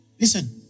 Listen